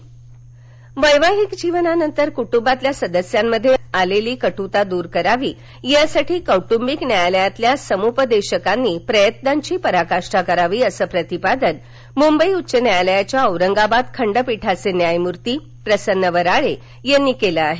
जालना वैवाहिक जीवनानंतर कुटुंबातल्या सदस्यांमध्ये आलेली कुटुंता दूर करावी यासाठी कौटुंबिक न्यायालयातल्या समुपदेशकांनी प्रयत्नांची पराकाष्ठा करावी असं प्रतिपादन मुंबई उच्च न्यायालयाच्या औरंगाबाद खंडपीठाचे न्यायमूर्ती प्रसन्न वराळे यांनी केलं आहे